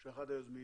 שהוא אחד היוזמים,